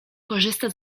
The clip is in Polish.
korzysta